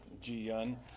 Ji-Yun